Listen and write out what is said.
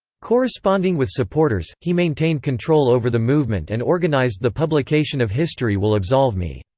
corresponding with supporters, he maintained control over the movement and organized the publication of history will absolve me.